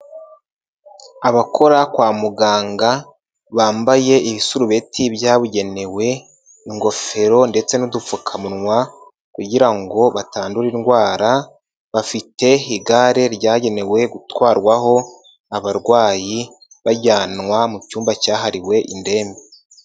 Abakora kwa muganga bambaye ibisurubeti byabugenewe, ingofero ndetse n'dupfukamuwa kugira ngo batandura indwara, bafite igare ryagenewe gutwarwaho abarwayi bajyanwa mu cyumba cyahariwe indembe.